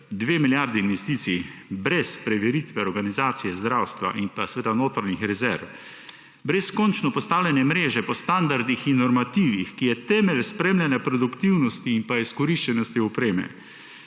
2 milijardi investicij brez preveritve organizacije zdravstva in seveda notranjih rezerv, brez končno postavljene mreže po standardih in normativih, ki je temelj spremljanja produktivnosti in izkoriščenosti opreme.